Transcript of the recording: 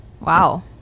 Wow